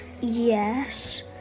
Yes